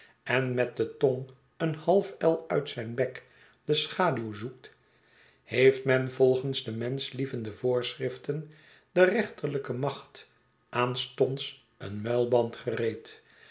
en met de tong een half el uit zijn bek de schaduw zoekt heeft men volgens de menschlievende voorschriften derrechterlijke macht aanstonds een muiiband gereed